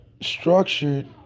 structured